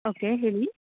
okay ಹೇಳಿ